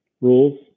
rules